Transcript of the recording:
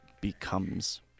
becomes